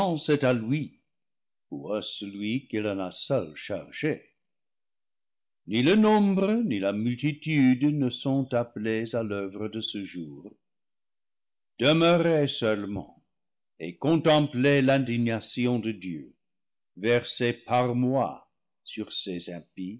est à lui ou à celui qu'il en a seul chargé ni le nombre ni la multitude ne sont appelés à l'oeuvre de ce jour demeurez seulement et contemplez l'indignation de dieu versée par moi sur ces impies